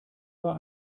war